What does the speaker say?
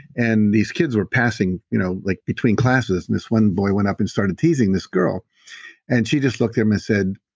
and these kids were passing you know like between classes and this one boy went up and started teasing this girl and she just looked at him and said,